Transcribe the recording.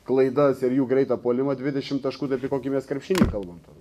klaidas ir jų greitą puolimą dvidešimt taškų tai apie kokį krepšinį mes kalbam tada